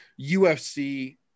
UFC